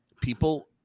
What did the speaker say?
people